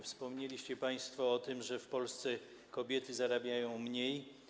Wspomnieliście państwo o tym, że w Polsce kobiety zarabiają mniej.